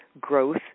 growth